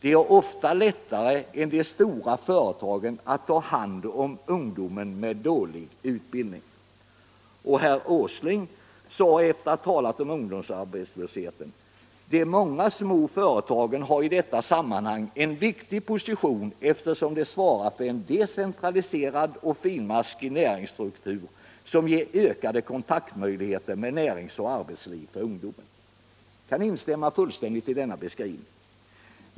De har ofta lättare än de stora företagen att ta hand om ungdomar med dålig utbildning.” Herr Åsling sade efter att ha talat om ungdomsarbetslösheten: ”De många små företagen har i detta sammanhang en viktig position, eftersom de svarar för en decentraliserad och finmaskig näringsstruktur som ger ökad kontaktmöjlighet med närings och arbetsliv för ungdomen”. Jag kan helt instämma i denna beskrivning.